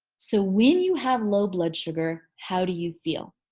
so when you have low blood sugar, how do you feel?